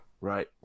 Right